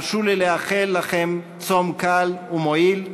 הרשו לי לאחל לכם צום קל ומועיל,